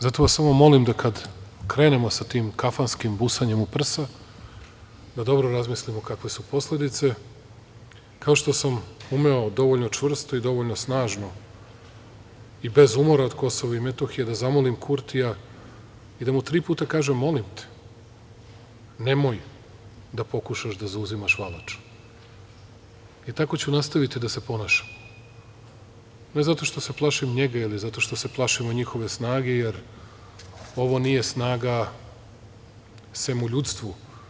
Zato vas samo molim da, kada krenemo sa tim kafanskim busanjem u prsa, dobro razmislimo kakve su posledice, kao što sam umeo dovoljno čvrsto i dovoljno snažno i bez umora od Kosova i Metohije da zamolim Kurtija i da mu tri puta kažem – molim te, nemoj da pokušaš da zauzimaš Valaču i tako ću nastaviti da se ponašam ne zato što se plašim njega ili zato što se plašimo njihove snage, jer ovo nije snaga, sem u ljudstvu.